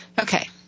okay